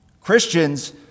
Christians